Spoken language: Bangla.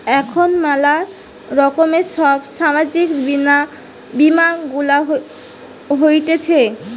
এখন ম্যালা রকমের সব সামাজিক বীমা গুলা হতিছে